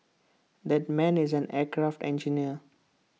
that man is an aircraft engineer